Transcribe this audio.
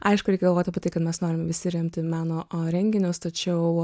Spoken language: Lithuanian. aišku reikia galvoti apie tai ką mes norim visi remti meno renginius tačiau